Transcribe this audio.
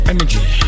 Energy